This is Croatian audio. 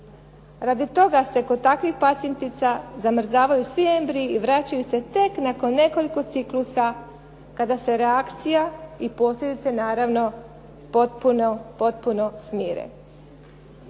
Radi toga se kod takvih pacijentica zamrzavaju svi embriji i vraćaju se tek nakon nekoliko ciklusa kada se reakcija i posljedice naravno potpuno smire.